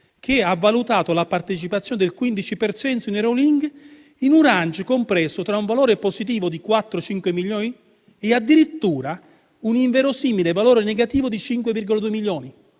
che ha valutato la partecipazione del 15 per cento in Eurolink in un *range* compreso tra un valore positivo di 4-5 milioni e addirittura un inverosimile valore negativo di 5,2 milioni.